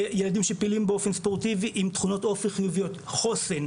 ילדים שפעילים באופן ספורטיבי עם תכונות אופי חיוביות: חוסן,